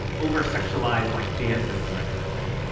oversexualized like dances and that kind of thing,